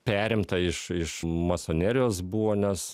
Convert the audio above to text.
perimta iš iš masonerijos buvo nes